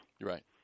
Right